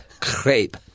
Crepe